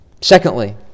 Secondly